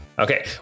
Okay